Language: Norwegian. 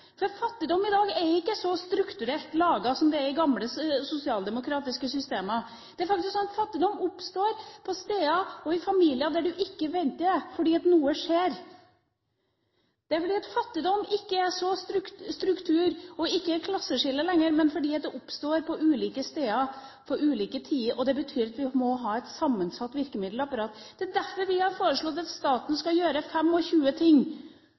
sine. Fattigdom i dag er ikke så strukturert laget som det var i gamle sosialdemokratiske systemer. Fattigdom oppstår på steder og i familier der du ikke venter det, fordi noe skjer. Fattigdom er ikke så strukturert og det er ikke et klasseskille lenger, fordi det oppstår på ulike steder til ulike tider. Det betyr at vi må ha et sammensatt virkemiddelapparat. Det er derfor vi har foreslått at staten skal gjøre 25 ting